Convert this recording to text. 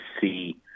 see